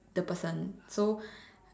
the person so